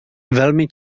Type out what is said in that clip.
velmi